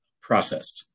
process